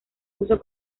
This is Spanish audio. puso